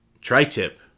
tri-tip